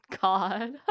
god